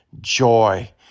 joy